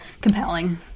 compelling